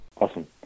Awesome